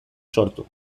sortu